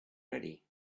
ready